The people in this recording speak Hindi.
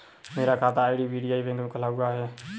मेरा खाता आई.डी.बी.आई बैंक में खुला हुआ है